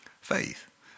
Faith